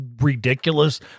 ridiculous